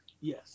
Yes